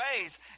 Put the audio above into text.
ways